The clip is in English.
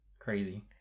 crazy